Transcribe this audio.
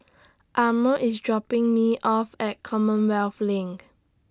Arno IS dropping Me off At Commonwealth LINK